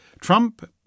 Trump